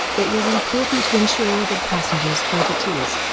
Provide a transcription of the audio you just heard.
it was important to ensure that passengers felt at ease.